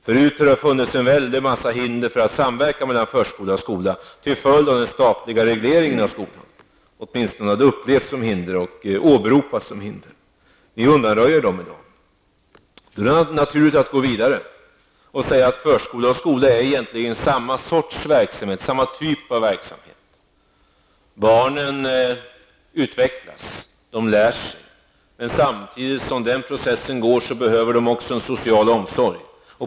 Förut har det förelegat en mängd hinder för samverkan mellan förskola och skola till följd av den statliga regleringen av skolan. Det har åtminstone upplevts och åberopats som hinder. Ni undanröjer dem i dag. Det är då naturligt att gå vidare och säga att förskola och skola egentligen är samma sorts verksamhet. Barnen utvecklas. De lär sig. Samtidigt med den processen behöver de också en social omsorg.